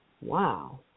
Wow